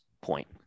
point